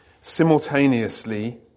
simultaneously